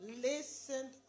Listen